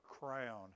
crown